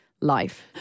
life